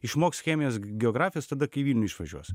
išmoks chemijos geografijos tada kai išvažiuos